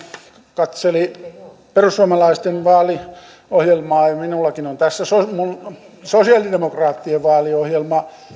katseli perussuomalaisten vaaliohjelmaa ja minullakin on tässä sosialidemokraattien vaaliohjelma